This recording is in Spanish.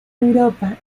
europa